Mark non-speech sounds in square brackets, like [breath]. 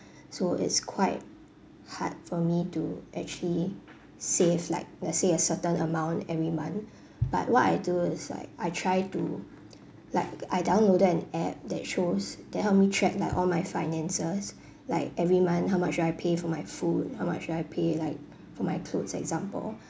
so it's quite hard for me to actually save like let's say a certain amount every month [breath] but what I do is like I try to like I downloaded an app that shows that help me track like all my finances [breath] like every month how much do I pay for my food how much do I pay for like for my clothes example